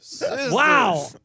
Wow